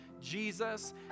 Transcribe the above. Jesus